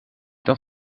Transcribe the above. dat